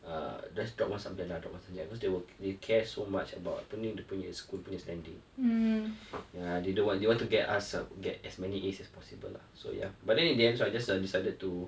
just drop one subject lah just drop one subject because they were they care so much about apa ni dia punya school punya standing ya they don't want they want to get us to get as many A's as possible lah so ya but then in the end I just decided to